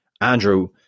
Andrew